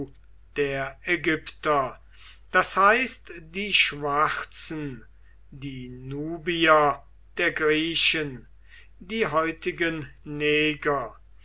der ägypter das heißt die schwarzen die nubier der griechen die heutigen neger